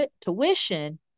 tuition